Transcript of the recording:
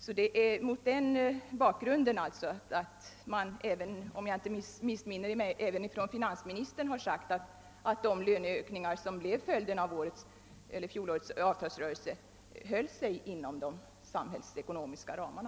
även finansministern har, om jag icke missminner mig, sagt att de löneökningar som blev följden av årets avtalsrörelse höll sig inom de samhällsekonomiska ramarna.